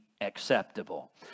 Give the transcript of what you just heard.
acceptable